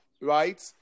right